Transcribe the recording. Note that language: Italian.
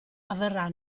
avverrà